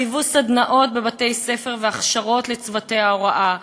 חייבו סדנאות בבתי-ספר והכשרות לצוותי ההוראה,